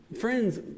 friends